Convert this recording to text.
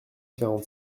quarante